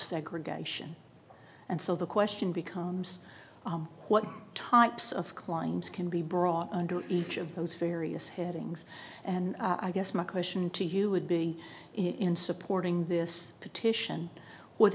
segregation and so the question becomes what types of claims can be brought under each of those various headings and i guess my question to you would be in supporting this petition what